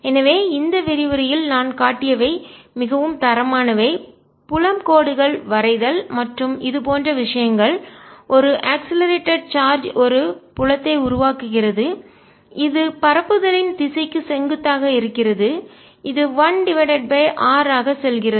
எனவே இந்த விரிவுரையில் நான் காட்டியவை மிகவும் தரமானவை புலம் கோடுகள் வரைதல் மற்றும் இது போன்ற விஷயங்கள் ஒரு அக்ஸ்லரேட்டட் சார்ஜ் ஒரு புலத்தை உருவாக்குகிறது இது பரப்புதலின் திசைக்கு செங்குத்தாக இருக்கிறது இது 1 டிவைடட் பை r ஆக செல்கிறது